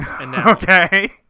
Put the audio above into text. Okay